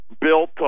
built